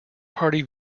party